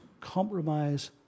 compromise